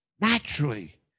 naturally